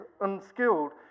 unskilled